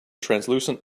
translucent